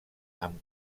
amb